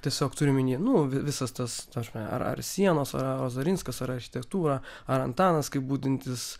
tiesiog turiu omeny nu visas tas ta prasme ar ar sienos ar ozarinskas ar architektūra ar antanas kaip budintis